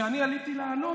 כשאני עליתי לענות,